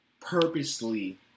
purposely